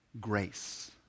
grace